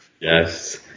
Yes